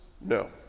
No